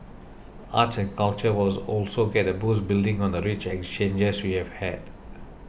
arts and culture wills also get a boost building on the rich exchanges we have had